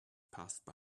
passed